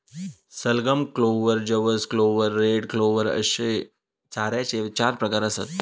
सलगम, क्लोव्हर, जवस clover, red clover अश्ये चाऱ्याचे चार प्रकार आसत